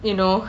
you know